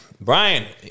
Brian